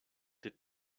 did